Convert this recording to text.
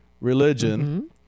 religion